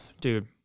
dude